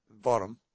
Bottom